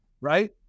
right